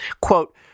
Quote